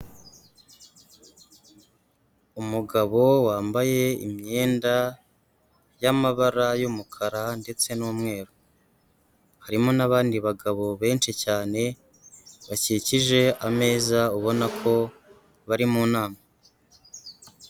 Umugabo wambaye imyenda y'amabara y'umukara ndetse n'umweru, harimo n'abandi bagabo benshi cyane bakikije ameza ubona ko bari mu nama.